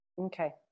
Okay